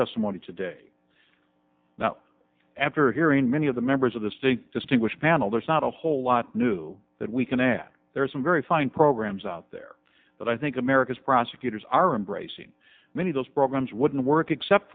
testimony today now after hearing many of the members of the stink distinguished panel there's not a whole lot new that we can add there are some very fine programs out there that i think america's prosecutors are embracing many of those programs wouldn't work except